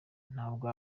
ntabwo